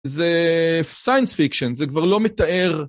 זה סיינס פיקשן, זה כבר לא מתאר.